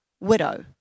widow